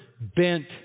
bent